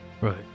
Right